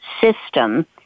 system